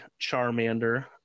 Charmander